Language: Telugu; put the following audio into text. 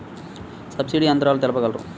సబ్సిడీ యంత్రాలు తెలుపగలరు?